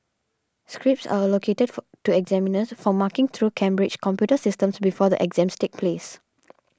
scripts are allocated to examiners for marking through Cambridge's computer systems before the exams take place